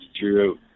true